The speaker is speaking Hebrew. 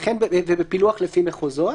ובפילוח לפי מחוזות.